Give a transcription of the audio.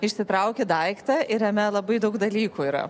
išsitrauki daiktą ir jame labai daug dalykų yra